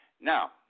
Now